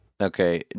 Okay